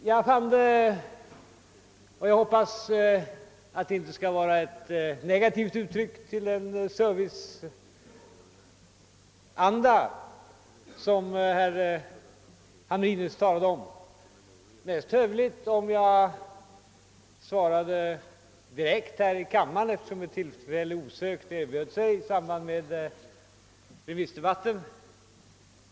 Jag har funnit det hövligast — och jag hoppas att det inte skall anses vara ett negativt uttryck för den serviceanda som herr Hamrin nyss talade om — att svara direkt här i kammaren, eftersom ett tillfälle osökt erbjöd sig i samband med remissdebatten.